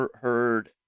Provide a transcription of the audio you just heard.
heard